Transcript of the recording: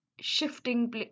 shifting